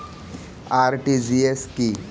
RTGS কি?